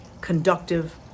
conductive